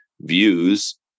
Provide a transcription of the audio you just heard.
views